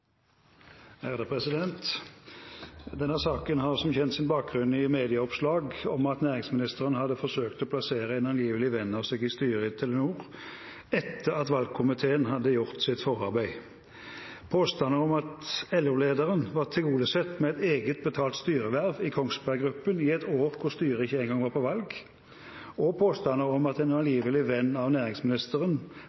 angivelig venn av seg i styret i Telenor, etter at valgkomiteen hadde gjort sitt forarbeid, påstander om at LO-lederen var tilgodesett med et eget betalt styreverv i Kongsberg Gruppen i et år hvor styret ikke engang var på valg, og påstander om at en